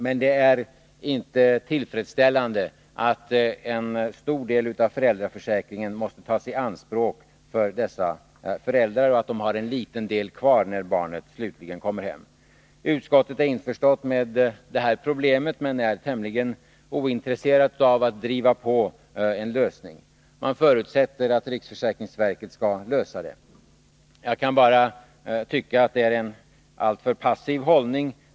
Men det är inte tillfredsställande att en stor del av föräldraförsäkringen måste tas i anspråk för dessa föräldrar, så att de har bara en liten del kvar när barnet slutligen kommer hem. Utskottet är införstått med detta problem men är tämligen ointresserat av att driva på en lösning. Man förutsätter att riksförsäkringsverket skall lösa frågan. Jag kan bara tycka att det är en alltför passiv hållning.